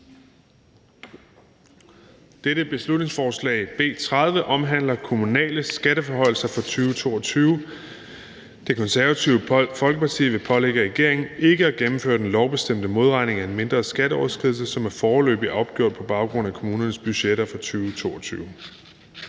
Dette beslutningsforslag, B 30, omhandler kommunale skatteforhøjelser for 2022. Det Konservative Folkeparti vil pålægge regeringen ikke at gennemføre den lovbestemte modregning af en mindre skatteoverskridelse, som er foreløbigt opgjort på baggrund af kommunernes budgetter for 2022.